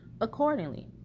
accordingly